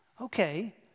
Okay